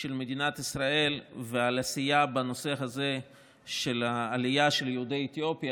של מדינת ישראל ועל העשייה בנושא הזה של העלייה של יהודי אתיופיה,